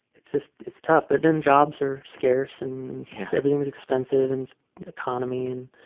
it's it's it's tough. but then jobs are scarce, and everything is expensive, and economy. and